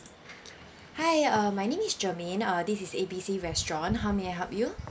hi uh my name is germaine uh this is A B C restaurant how may I help you